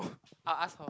I'll ask her